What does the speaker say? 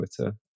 Twitter